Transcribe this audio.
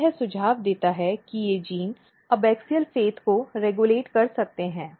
तो यह सुझाव देता है कि ये जीन एबाक्सिअल फेत को रेग्यूलेट कर सकते हैं